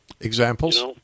Examples